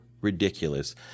ridiculous